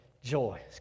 joy